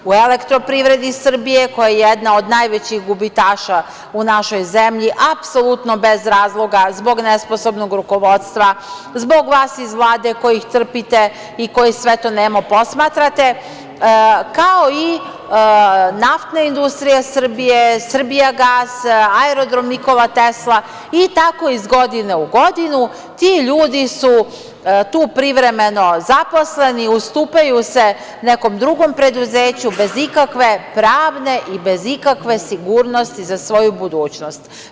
U Elektroprivredi Srbije, koja je jedna od najvećih gubitaša u našoj zemlji, apsolutno bez razloga, zbog nesposobnog rukovodstva, zbog vas iz Vlade koji ih trpite i koji sve to nemo posmatrate, kao i Naftne industrije Srbije, „Srbija gas“, Aerodrom „Nikola Tesla“ i tako iz godine u godinu, ti ljudi su tu privremeno zaposleni, ustupaju se nekom drugom preduzeću bez ikakve pravne i bez ikakve sigurnosti za svoju budućnost.